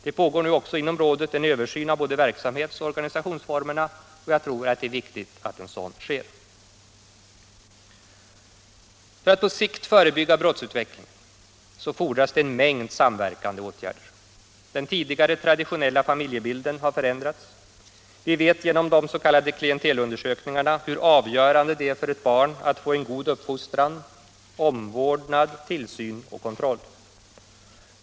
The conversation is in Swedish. Det pågår nu också inom rådet en översyn av både verksamhets och organisationsformerna och jag tror att det är viktigt att en sådan sker. För att man på sikt skall kunna förebygga brottsutvecklingen fordras det en mängd samverkande åtgärder. Den tidigare traditionella familjebilden har förändrats. Vi vet genom de s.k. klientelundersökningarna hur avgörande det är för ett barn att få en god uppfostran, omvårdnad, tillsyn och kontroll.